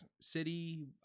city